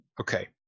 Okay